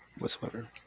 whatsoever